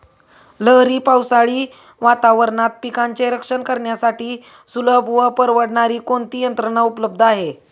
लहरी पावसाळी वातावरणात पिकांचे रक्षण करण्यासाठी सुलभ व परवडणारी कोणती यंत्रणा उपलब्ध आहे?